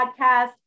podcast